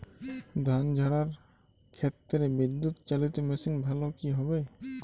ধান ঝারার ক্ষেত্রে বিদুৎচালীত মেশিন ভালো কি হবে?